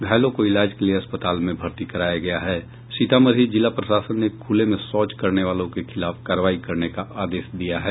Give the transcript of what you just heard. घायलों को इलाज के लिये अस्पताल में भर्ती कराया गया हैं सीतामढी जिला प्रशासन ने खुले में शौच करने वालो के खिलाफ कार्रवाई करने का आदेश दिया है